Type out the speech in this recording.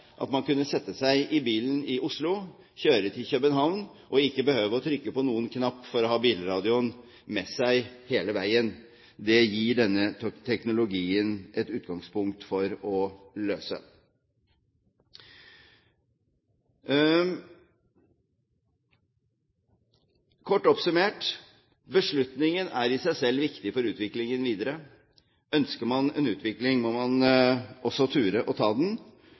at man kan sette seg i bilen i Oslo, kjøre til København og ikke behøve å trykke på noen knapp for å ha bilradioen med seg hele veien. Det gir denne teknologien et utgangspunkt for å løse. Kort oppsummert: Beslutningen er i seg selv viktig for utviklingen videre. Ønsker man en utvikling, må man også tørre å ta den.